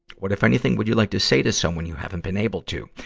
what, if anything, would you like to say to someone you haven't been able to?